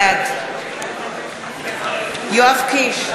בעד יואב קיש,